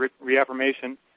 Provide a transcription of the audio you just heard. reaffirmation